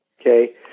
okay